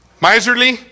Miserly